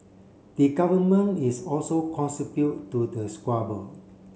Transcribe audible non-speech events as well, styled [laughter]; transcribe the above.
the government is also [unintelligible] to the squabble